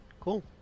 Cool